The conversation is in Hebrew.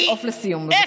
תשאף לסיום, בבקשה.